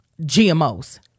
gmo's